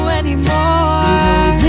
anymore